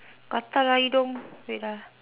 gatal ah hidung wait ah